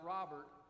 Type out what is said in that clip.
Robert